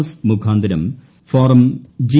S മുഖാന്തിരം form G